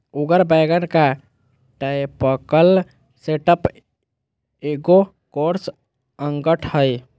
उगर वैगन का typical setup एगो कोर्स अंगठ हइ